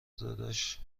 داداش